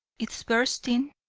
its bursting,